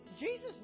Jesus